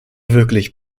wirklich